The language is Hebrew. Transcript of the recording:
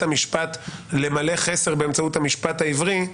המשפט למלא חסר באמצעות המשפט העברי,